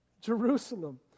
Jerusalem